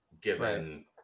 given